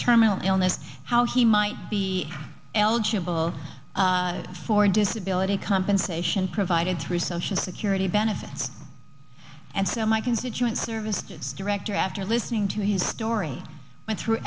terminal illness how he might be eligible for disability compensation provided through social security benefits and so my constituent services director after listening to his story went through